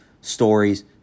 stories